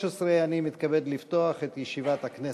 מתכבד לפתוח את ישיבת הכנסת.